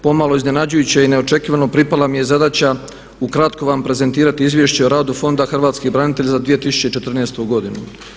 Pomalo iznenađujuće i neočekivano pripala mi je zadaća ukratko vam prezentirati izvješće o radu Fonda hrvatskih branitelja za 2014. godinu.